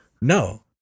No